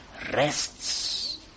rests